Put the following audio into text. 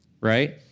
right